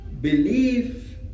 Belief